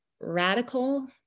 radical